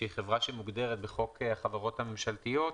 שהיא חברה שמוגדרת בחוק החברות הממשלתיות,